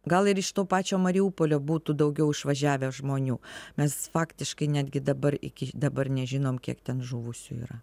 gal ir iš to pačio mariupolio būtų daugiau išvažiavę žmonių mes faktiškai netgi dabar iki dabar nežinom kiek ten žuvusių yra